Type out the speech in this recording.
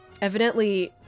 evidently